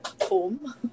home